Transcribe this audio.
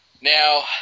Now